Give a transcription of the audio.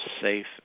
safe